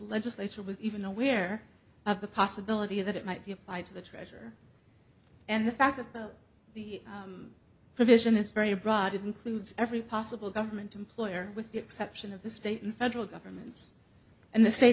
legislature was even aware of the possibility that it might be applied to the treasure and the fact that the provision is very broad it includes every possible government employer with the exception of the state and federal governments and the state